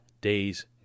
day's